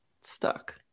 stuck